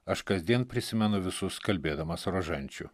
aš kasdien prisimenu visus kalbėdamas rožančių